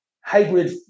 hybrid